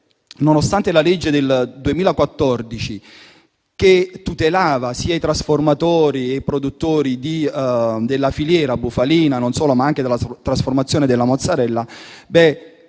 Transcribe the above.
possibile. La legge del 2014 tutelava i trasformatori e i produttori della filiera bufalina, ma anche la trasformazione della mozzarella.